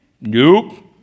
Nope